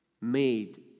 made